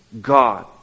God